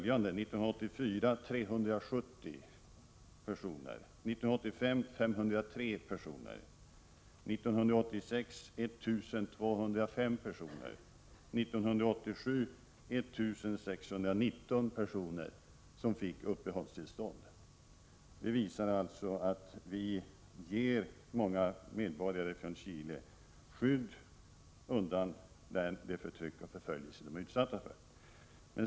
1984 var det 370 personer som fick uppehållstillstånd, 1985 var det 503 personer, 1986 var det 1 205 personer och 1987 var det 1 619 personer. Det visar att vi ger många medborgare från Chile skydd undan det förtryck och den förföljelse de är utsatta för.